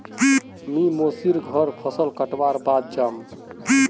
मी मोसी र घर फसल कटवार बाद जामु